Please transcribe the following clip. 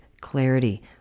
clarity